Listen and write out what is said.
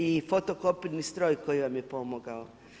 I fotokopirni stroj koji vam je pomogao.